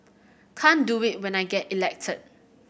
can't do it when I get elected